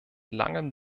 langem